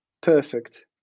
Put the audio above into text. perfect